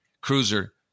cruiser